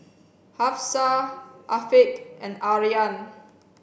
Hafsa Afiq and Aryan